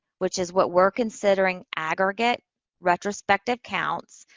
which is what we're considering aggregate retrospective counts,